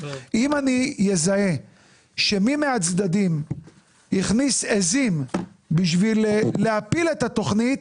אם אני אזהה שמי מהצדדים הכניס עזים בשביל להפיל את התוכנית,